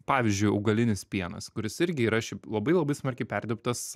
pavyzdžiui augalinis pienas kuris irgi yra šiaip labai labai smarkiai perdirbtas